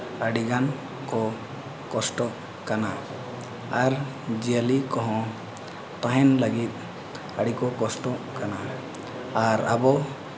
ᱟᱹᱰᱤᱜᱟᱱ ᱠᱚ ᱠᱚᱥᱴᱚᱜ ᱠᱟᱱᱟ ᱟᱨ ᱡᱤᱭᱟᱹᱞᱤ ᱠᱚᱦᱚᱸ ᱛᱟᱦᱮᱱ ᱞᱟᱹᱜᱤᱫ ᱟᱹᱰᱤ ᱠᱚ ᱠᱚᱥᱴᱚᱜ ᱠᱟᱱᱟ ᱟᱨ ᱟᱵᱚ